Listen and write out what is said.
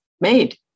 made